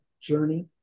journey